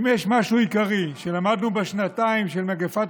אם יש משהו עיקרי שלמדנו בשנתיים של מגפת